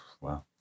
Wow